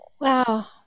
Wow